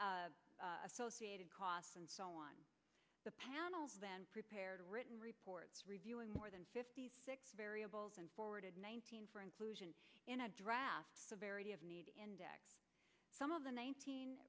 the associated costs and so on the panel prepared written reports reviewing more than fifty six variables and forwarded nineteen for inclusion in a draft varity of need indexed some of the nineteen